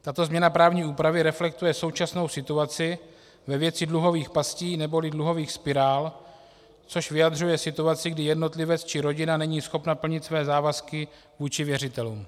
Tato změna právní úpravy reflektuje současnou situaci ve věci dluhových pastí neboli dluhových spirál, což vyjadřuje situaci, kdy jednotlivec či rodina není schopna plnit své závazky vůči věřitelům.